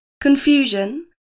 confusion